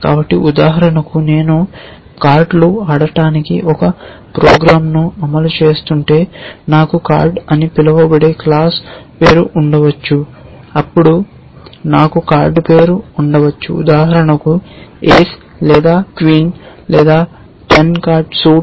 కాబట్టి ఉదాహరణకు నేను కార్డులు ఆడటానికి ఒక ప్రోగ్రామ్ను అమలు చేస్తుంటే నాకు కార్డ్ అని పిలువబడే క్లాస్ పేరు ఉండవచ్చు అప్పుడు నాకు కార్డ్ పేరు ఉండవచ్చు ఉదాహరణకు ఏస్ లేదా క్వీన్ లేదా 10 కార్డ్ సూట్